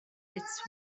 its